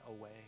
away